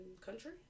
country